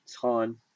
ton